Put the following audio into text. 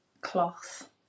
cloth